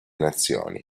nazioni